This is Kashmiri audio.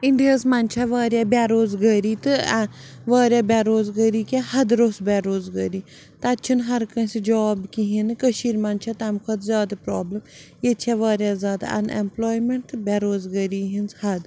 اِنٛڈیاہَس منٛز چھےٚ واریاہ بےٚ روزگٲری تہٕ واریاہ بےٚ روزگٲری کیٛاہ حَد روٚژھ بےٚ روزگٲری تَتہِ چھِنہٕ ہر کٲنٛسہِ جاب کِہیٖنۍ نہٕ کٔشیٖرِ منٛز چھےٚ تَمہِ کھۄتہٕ زیادٕ پرٛابلِم ییٚتہِ چھےٚ واریاہ زیادٕ اَن اٮ۪مپٕلایمٮ۪نٛٹ تہٕ بےٚ روزگٲری ہِنٛز حَد